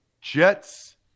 Jets